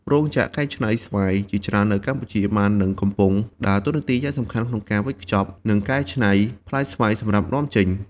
រោងចក្រកែច្នៃស្វាយជាច្រើននៅកម្ពុជា បាននឹងកំពុងដើរតួនាទីយ៉ាងសំខាន់ក្នុងការវេចខ្ចប់ និងកែច្នៃផ្លែស្វាយសម្រាប់នាំចេញ។